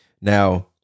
Now